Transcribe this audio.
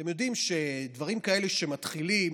אתם יודעים שדברים כאלה, שהם מתחילים,